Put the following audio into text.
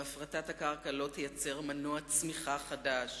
והפרטת הקרקע לא תייצר מנוע צמיחה חדש.